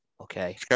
Okay